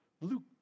Luke